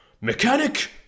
Mechanic